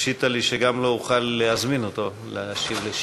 פשיטא לי שגם לא אוכל להזמין אותו להשיב על שאילתה.